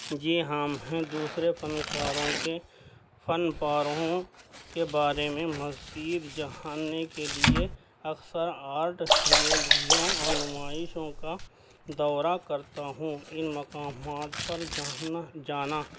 جی ہاں میں دوسرے فنکاروں کے فن پاروں کے بارے میں مزید جاننے کے لیے اکثر آرٹ گیلریوں اور نمائشوں کا دورہ کرتا ہوں ان مقامات پر جانا جانا